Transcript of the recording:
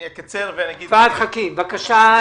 בבקשה,